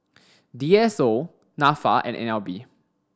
D S O NAFA and N L B